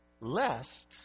lest